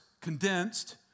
condensed